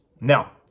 Now